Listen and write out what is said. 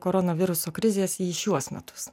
koronaviruso krizės į šiuos metus